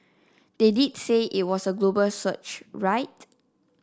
they did say it was a global search right